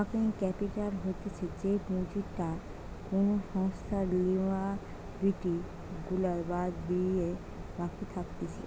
working capital হতিছে যেই পুঁজিটা কোনো সংস্থার লিয়াবিলিটি গুলা বাদ দিলে বাকি থাকতিছে